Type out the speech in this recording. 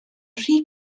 rhy